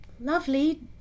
Lovely